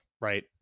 right